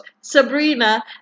Sabrina